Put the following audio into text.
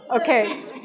Okay